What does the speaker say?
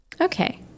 Okay